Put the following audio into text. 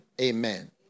amen